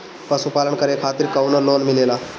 पशु पालन करे खातिर काउनो लोन मिलेला?